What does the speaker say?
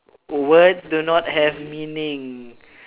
words do not have meaning